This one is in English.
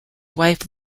wife